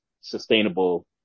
sustainable